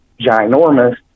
ginormous